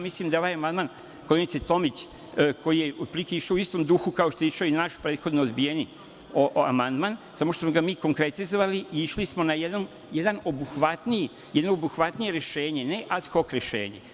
Mislim da ovaj amandman koleginice Tomić, koji je išao u istom duhu, kao što je išao i naš prethodno odbijeni amandman, samo što smo ga mi konkretizovali i išli smo na jedno obuhvatnije rešenje, ne ad hok rešenje.